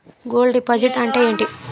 Gold deposit అంతే ఎంటి?